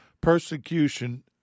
Persecution